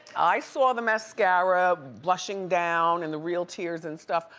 i saw the mascara blushing down, and the real tears and stuff.